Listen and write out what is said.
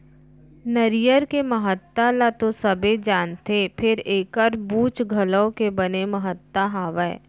नरियर के महत्ता ल तो सबे जानथें फेर एकर बूच घलौ के बने महत्ता हावय